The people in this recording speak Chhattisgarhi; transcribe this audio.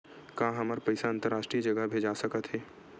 का हमर पईसा अंतरराष्ट्रीय जगह भेजा सकत हे?